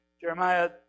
Jeremiah